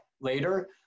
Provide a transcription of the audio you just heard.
later